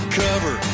cover